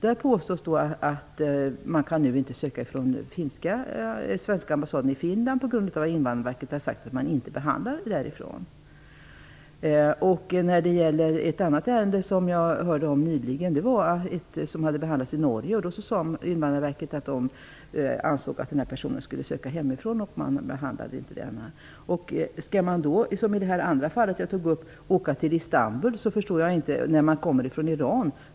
Det påstås att man inte kan söka uppehållstillstånd från svenska ambassaden i Finland, på grund av att Invandrarverket inte behandlar ansökningar därifrån. Jag hörde nyligen om ett annat ärende som hade behandlats i Norge. Invandrarverket ansåg att den här personen skulle ansöka om uppehållstillstånd från hemlandet, och därför behandlades inte ärendet. I det andra fallet som jag tog upp var det en person från Iran som blev utvisad till Turkiet.